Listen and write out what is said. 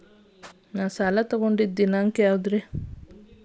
ನಾ ಸಾಲ ತಗೊಂಡು ದಿನಾಂಕ ಯಾವುದು?